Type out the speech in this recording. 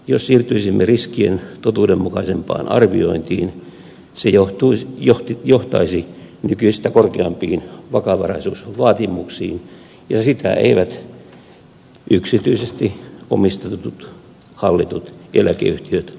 jos siirtyisimme riskien totuudenmukaisempaan arviointiin se johtaisi nykyistä korkeampiin vakavaraisuusvaatimuksiin ja sitä eivät yksityisesti omistetut ja hallitut eläkeyhtiöt halua